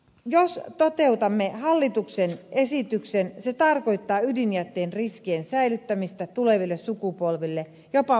jos toteutamme hallituksen esityksen se tarkoittaa ydinjätteen riskien sälyttämistä tuleville sukupolville jopa vuosituhansien päähän